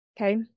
Okay